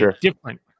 Different